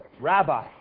Rabbi